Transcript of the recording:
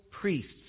priests